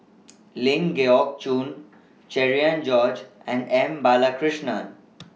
Ling Geok Choon Cherian George and M Balakrishnan